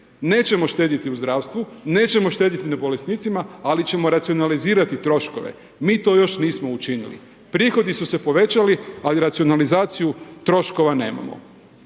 Nećemo štediti u zdravstvu, nećemo štedjeti na bolesnici ali ćemo racionalizirati troškove. Mi to još nismo učinili. Prihodi su se povećali ali racionalizaciju troškova nemamo.